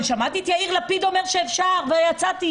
שמעתי את יאיר לפיד אומר שאפשר ויצאתי,